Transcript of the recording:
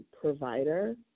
provider